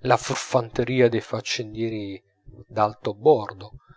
la furfanteria dei faccendieri d'alto bordo